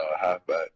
halfback